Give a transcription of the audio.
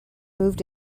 moved